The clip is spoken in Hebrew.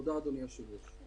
תודה אדוני היושב-ראש.